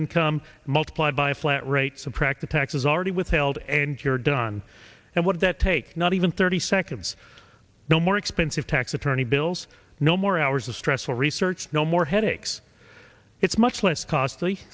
income multiplied by a flat rate subtract the taxes already withheld and you're done and what that takes not even thirty seconds no more expensive tax attorney bills no more hours of stressful research no more headaches it's much less costly